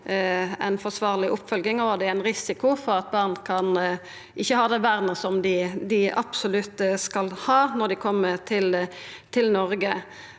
får ei forsvarleg oppfølging, og at det er ein risiko for at barn ikkje har det vernet som dei absolutt skal ha når dei kjem til Noreg.